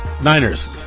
Niners